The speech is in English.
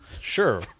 Sure